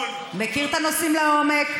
מכיר את הנושאים לעומק.